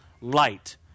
light